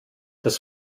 das